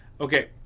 Okay